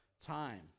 time